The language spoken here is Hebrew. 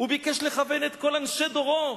הוא ביקש לכוון את כל אנשי דורו,